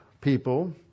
people